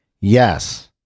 yes